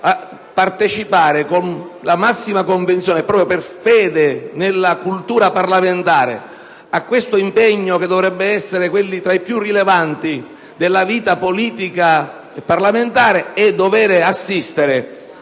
partecipare con la massima convinzione, per fede nella cultura parlamentare, a questo impegno che dovrebbe essere tra i più rilevanti della vita politica e dover assistere,